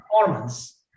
performance